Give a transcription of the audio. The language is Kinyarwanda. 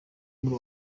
muri